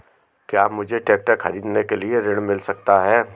क्या मुझे ट्रैक्टर खरीदने के लिए ऋण मिल सकता है?